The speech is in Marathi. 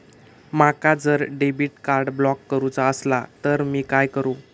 माका जर डेबिट कार्ड ब्लॉक करूचा असला तर मी काय करू?